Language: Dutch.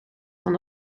van